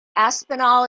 aspinall